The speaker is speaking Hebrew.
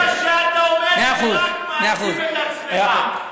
רבע שעה אתה עומד ורק מעצים את עצמך.